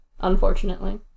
unfortunately